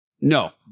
No